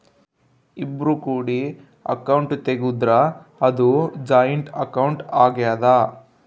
ಇಬ್ರು ಕೂಡಿ ಅಕೌಂಟ್ ತೆಗುದ್ರ ಅದು ಜಾಯಿಂಟ್ ಅಕೌಂಟ್ ಆಗ್ಯಾದ